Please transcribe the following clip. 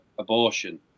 abortion